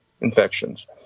infections